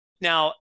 Now